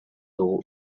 dugu